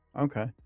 Okay